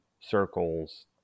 circles